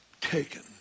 taken